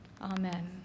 Amen